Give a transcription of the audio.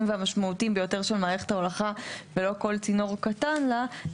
והמשמעותיים ביותר של מערכת ההולכה ולא כל צינור קטן לה,